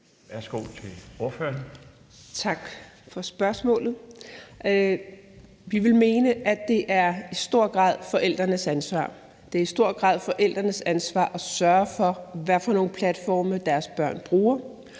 Nellemann (LA): Tak for spørgsmålet. Vi vil mene, at det i stor grad er forældrenes ansvar. Det er i stor grad forældrenes ansvar at sørge for, hvad for nogle platforme deres børn bruger,